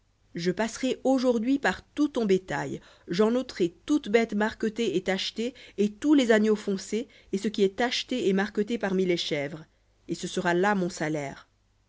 je passerai aujourd'hui par tout ton bétail j'en ôterai toute bête marquetée et tachetée et tous les agneaux foncés et ce qui est tacheté et marqueté parmi les chèvres et ce sera là mon salaire